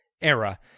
era